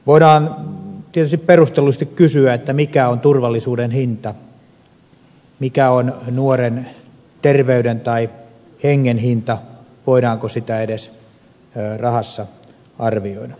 voidaan tietysti perustellusti kysyä mikä on turvallisuuden hinta mikä on nuoren terveyden tai hengen hinta voidaanko sitä edes rahassa arvioida